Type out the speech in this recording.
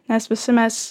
nes visi mes